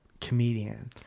comedian